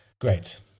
Great